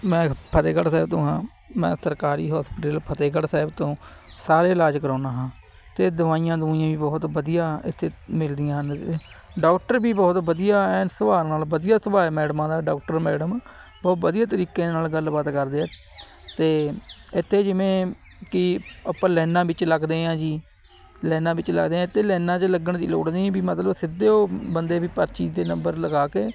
ਮੈਂ ਫਤਿਹਗੜ੍ਹ ਸਾਹਿਬ ਤੋਂ ਹਾਂ ਮੈਂ ਸਰਕਾਰੀ ਹੋਸਪੀਟਲ ਫਤਿਹਗੜ੍ਹ ਸਾਹਿਬ ਤੋਂ ਸਾਰੇ ਇਲਾਜ ਕਰਾਉਂਦਾ ਹਾਂ ਅਤੇ ਦਵਾਈਆਂ ਦਵੂਈਆਂ ਵੀ ਬਹੁਤ ਵਧੀਆ ਇੱਥੇ ਮਿਲਦੀਆਂ ਹਨ ਡੋਕਟਰ ਵੀ ਬਹੁਤ ਵਧੀਆ ਐਨ ਸਭਾ ਨਾਲ ਵਧੀਆ ਸੁਭਾਅ ਹੈ ਮੈਡਮਾਂ ਦਾ ਡੋਕਟਰ ਮੈਡਮ ਬਹੁਤ ਵਧੀਆ ਤਰੀਕੇ ਨਾਲ ਗੱਲਬਾਤ ਕਰਦੇ ਹੈ ਅਤੇ ਇੱਥੇ ਜਿਵੇਂ ਕਿ ਆਪਾਂ ਲਾਇਨਾਂ ਵਿੱਚ ਲੱਗਦੇ ਹਾਂ ਜੀ ਲਾਇਨਾਂ ਵਿੱਚ ਲੱਗਦੇ ਹਾਂ ਅਤੇ ਲਾਈਨਾਂ 'ਚ ਲੱਗਣ ਦੀ ਲੋੜ ਨਹੀਂ ਵੀ ਮਤਲਬ ਸਿੱਧੇ ਬੰਦੇ ਵੀ ਪਰਚੀ 'ਤੇ ਨੰਬਰ ਲਗਾ ਕੇ